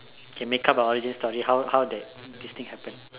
can make up an origin story how how that this thing happen